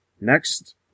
Next